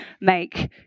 make